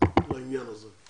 לעניין הזה.